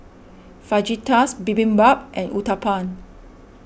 Fajitas Bibimbap and Uthapam